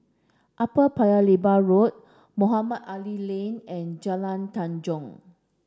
Upper Paya Lebar Road Mohamed Ali Lane and Jalan Tanjong